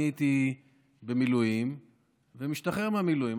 אני הייתי במילואים ומשתחרר ממילואים.